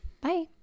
Bye